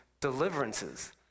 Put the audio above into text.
deliverances